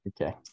Okay